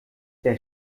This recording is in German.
der